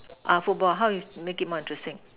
err football how do you make it more interesting